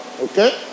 okay